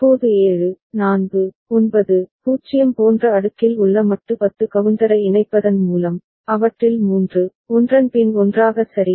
இப்போது 7 4 9 0 போன்ற அடுக்கில் உள்ள மட்டு 10 கவுண்டரை இணைப்பதன் மூலம் அவற்றில் மூன்று ஒன்றன் பின் ஒன்றாக சரி